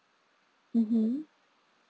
mmhmm